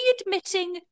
admitting